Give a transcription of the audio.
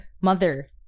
mother